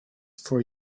for